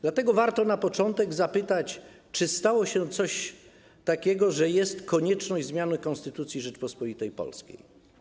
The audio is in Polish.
Dlatego warto na początek zapytać, czy stało się coś takiego, że jest konieczność zmiany Konstytucji Rzeczypospolitej Polskiej.